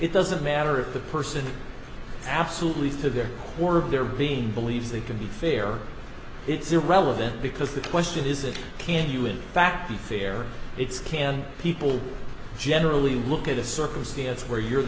it doesn't matter if the person absolutely is to their core of their being believes they can be fair it's irrelevant because the question is can you in fact be fair it's can people generally look at a circumstance where you're